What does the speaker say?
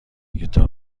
کتاب